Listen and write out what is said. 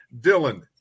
Dylan